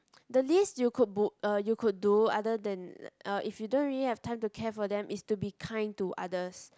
the least you could bu~ uh you could do other than uh if you don't really have time to care for them is to be kind to others